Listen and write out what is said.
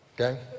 okay